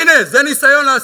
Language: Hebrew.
הנה, זה ניסיון לעשות.